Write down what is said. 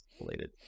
related